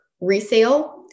resale